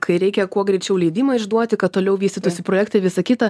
kai reikia kuo greičiau leidimą išduoti kad toliau vystytųsi projektai visa kita